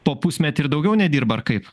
po pusmetį ir daugiau nedirba ar kaip